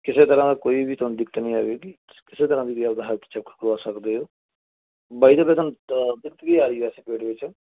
ਕਿਸੇ ਤਰ੍ਹਾਂ ਦਾ ਕੋਈ ਵੀ ਤੁਹਾਨੂੰ ਦਿੱਕਤ ਨਹੀਂ ਆਵੇਗੀ ਤੁਸੀਂ ਕਿਸੇ ਤਰ੍ਹਾਂ ਦਾ ਵੀ ਆਪਣਾ ਹੈਲਥ ਚੈੱਕ ਕਰਵਾ ਸਕਦੇ ਹੋ ਬਾਈ ਦਾ ਵੇਅ ਤੁਹਾਨੂੰ ਦਿੱਕਤ ਕੀ ਆ ਰਹੀ ਵੈਸੇ ਪੇਟ ਦੇ ਵਿੱਚ